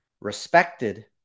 respected